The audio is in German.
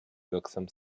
wirksam